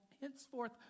henceforth